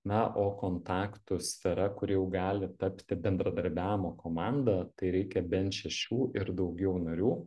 na o kontaktų sfera kuri jau gali tapti bendradarbiavimo komanda tai reikia bent šešių ir daugiau narių